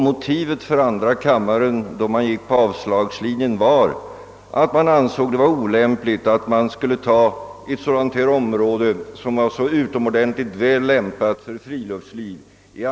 Motivet härför var att det ansågs olämpligt att till skjutfält ta i anspråk ett område, som är så utomordentligt passande för friluftsliv.